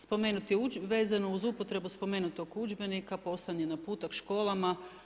Spomenut je vezano uz upotrebu spomenutog udžbenika poslan je naputak školama.